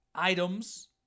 items